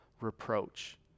reproach